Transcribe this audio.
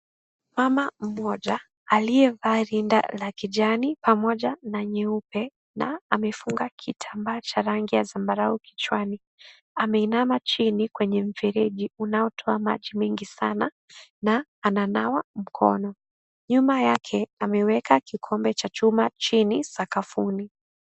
Mama mmoja aliyevaa rinda la kijani pamoja na nyeupe na amefunga kitambaa cha rangi ya zabarau kichwani ameinama chini kwenye mfeleji unaotoa maji mingi sana na ananawa mkono. Nyuma yake ameweka kikombe cha chuma chini sakafuni.